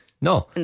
No